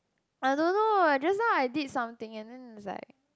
I don't know just now I did something and then it's like